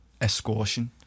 escortion